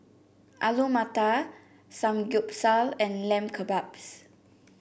Alu Matar Samgyeopsal and Lamb Kebabs